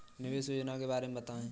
निवेश योजना के बारे में बताएँ?